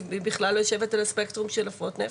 והיא בכלל יושבת על הספקטרום של הפרעות נפש.